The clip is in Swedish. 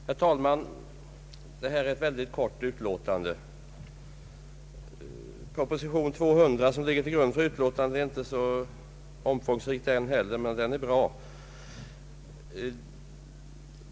Herr talman! Detta är ett mycket kort utlåtande. Proposition nr 200 som ligger till grund för utlåtandet är inte heller så omfångsrik, men den är bra.